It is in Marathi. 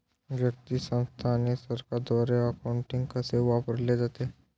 व्यक्ती, संस्था आणि सरकारद्वारे अकाउंटिंग कसे वापरले जाते